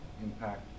impact